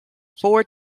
four